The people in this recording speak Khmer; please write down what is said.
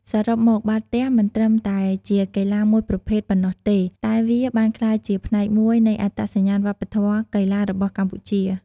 សរុបមក បាល់ទះមិនត្រឹមតែជាកីឡាមួយប្រភេទប៉ុណ្ណោះទេ តែវាបានក្លាយជាផ្នែកមួយនៃអត្តសញ្ញាណវប្បធម៌កីឡារបស់កម្ពុជា។